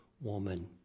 woman